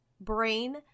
brain